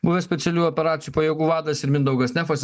buvęs specialiųjų operacijų pajėgų vadas ir mindaugas nefas